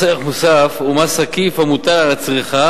מס ערך מוסף הוא מס עקיף המוטל על הצריכה,